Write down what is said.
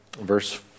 verse